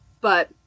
but-